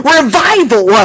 Revival